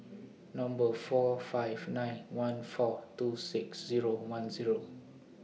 Number four five nine one four two six Zero one Zero